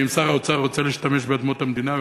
ואם שר האוצר רוצה להשתמש באדמות המדינה,